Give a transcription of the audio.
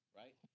right